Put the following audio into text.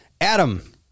Adam